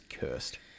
cursed